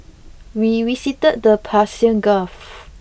we visited the Persian Gulf